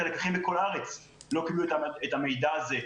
לא קיבלו את המידע הזה.